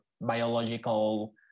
biological